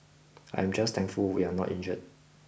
I am just thankful we are not injured